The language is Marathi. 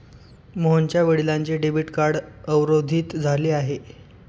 मोहनच्या वडिलांचे डेबिट कार्ड अवरोधित झाले आहे